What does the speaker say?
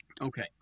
Okay